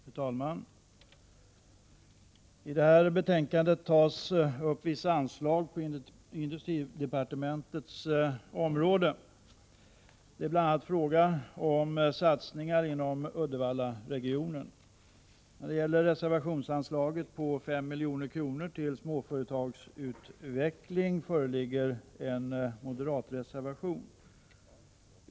Fru talman! I detta betänkande behandlas vissa anslag på industridepartementets område. Det är bl.a. fråga om satsningar inom Uddevallaregionen. När det gäller reservationsanslaget på 5 milj.kr. till småföretagsutveckling föreligger en moderatreservation.